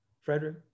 frederick